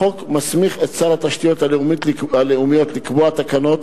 החוק מסמיך את שר התשתיות הלאומיות לקבוע תקנות,